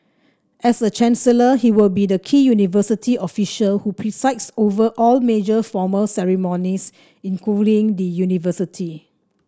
as chancellor he will be the key university official who presides over all major formal ceremonies involving the university